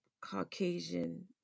Caucasian